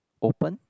open